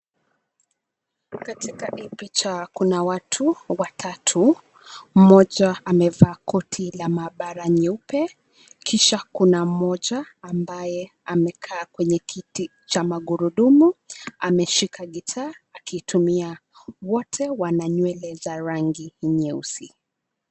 Katika hii picha kuna watu watatu. Mmoja amevaa koti la maabara nyeupe kisha kuna mmoja ambaye amekaa kwenye kiti cha magurudumu. Ameshika gitaa akiitumia. Wote wana nywele za rangi nyeusi.